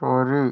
ശരി